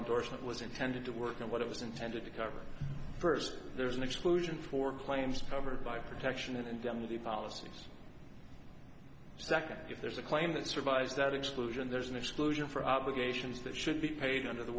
unfortunate was intended to work and what it was intended to cover first there's an exclusion for claims over by protection and then the policies second if there's a claim that survives that exclusion there's an exclusion for obligations that should be paid under the